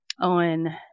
on